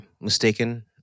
mistaken